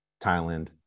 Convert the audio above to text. Thailand